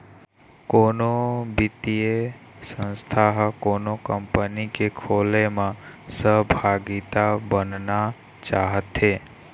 कोनो बित्तीय संस्था ह कोनो कंपनी के खोलय म सहभागिता बनना चाहथे